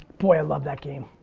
boy, i love that game.